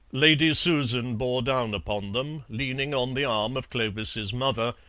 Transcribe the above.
lady susan bore down upon them, leaning on the arm of clovis's mother,